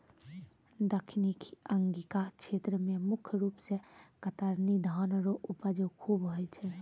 दक्खिनी अंगिका क्षेत्र मे मुख रूप से कतरनी धान रो उपज खूब होय छै